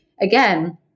again